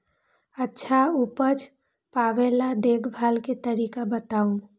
अच्छा उपज पावेला देखभाल के तरीका बताऊ?